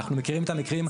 אנחנו מכירים את המקרים,